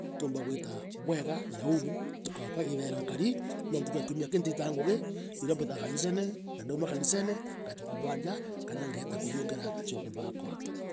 Twomba gwita bwega na uu niu ntuku yakwa iithairwa ikari, no ntuku ya kiumia aki ntitaa ngugi nirio mbitaa kanisene na ndauma kanisene ngachoka bwa nja kana ngeeta kuriungira acore baakwa.